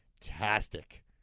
fantastic